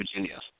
Virginia